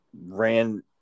ran